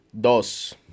Dos